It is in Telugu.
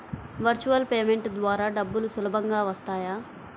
వర్చువల్ పేమెంట్ ద్వారా డబ్బులు సులభంగా వస్తాయా?